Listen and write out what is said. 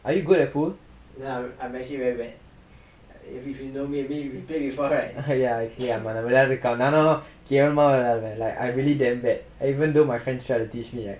are you good at pool ya usually ஆமா நா விளாடிருக்க நானும் கேவலமா விளாடுவே:aama naa vilaadirukka naanum kevalamaa vilaaduvae like I really damn bit even though my friends try to teach me